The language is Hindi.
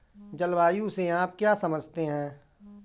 जलवायु से आप क्या समझते हैं?